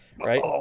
Right